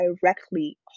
directly